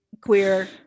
queer